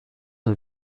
nur